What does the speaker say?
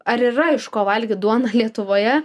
ar yra iš ko valgyt duoną lietuvoje